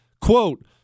Quote